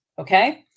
Okay